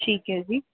ਠੀਕ ਹੈ ਜੀ